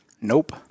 Nope